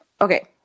Okay